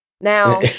Now